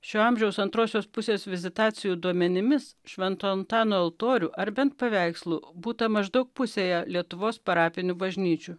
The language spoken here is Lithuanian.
šio amžiaus antrosios pusės vizitacijų duomenimis švento antano altorių ar ben paveikslų būta maždaug pusėje lietuvos parapinių bažnyčių